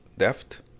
Deft